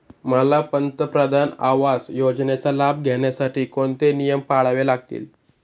मला पंतप्रधान आवास योजनेचा लाभ घेण्यासाठी कोणते नियम पाळावे लागतील?